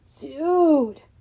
Dude